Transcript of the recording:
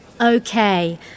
Okay